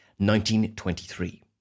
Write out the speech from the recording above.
1923